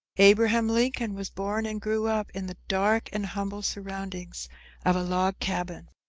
abraham lincoln was born and grew up in the dark and humble surroundings of a log cabin.